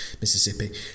Mississippi